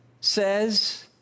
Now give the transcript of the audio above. says